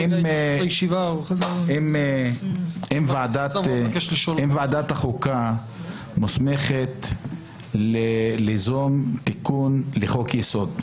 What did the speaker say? ביטן, ועדת החוקה מוסמכת ליזום תיקון לחוק-יסוד.